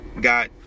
got